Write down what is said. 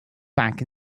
back